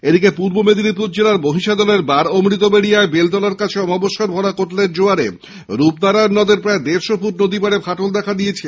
এদিকে পূর্ব মেদিনীপুর জেলার মহিষাদল এর বাড় অমৃতবেড়িয়ায় বেলতলার কাছে অমাবস্যার ভরা কোটালের জোয়ারে রূপনারায়ণ নদের প্রায় দেড়শ ফুট নদী পাড়ে ফাটল দেখা দিয়েছে